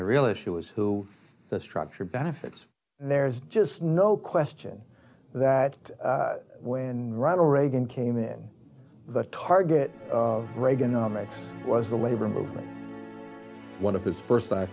the real issue is who the structure benefits there's just no question that when ronald reagan came in the target of reaganomics was the labor movement one of his first